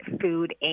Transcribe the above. Food